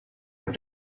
have